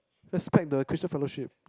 respect the Christian fellowship